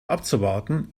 abzuwarten